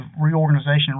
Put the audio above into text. reorganization